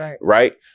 Right